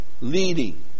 leading